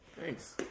Thanks